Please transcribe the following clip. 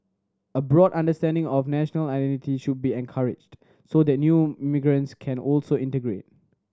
a broad understanding of national identity should be encouraged so that new migrants can also integrate